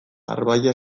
arbailla